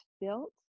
built